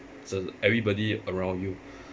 整 everybody around you